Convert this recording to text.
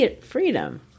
freedom